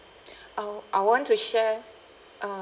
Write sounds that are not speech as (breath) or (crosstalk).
(breath) oh I want to share uh